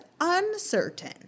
uncertain